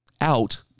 out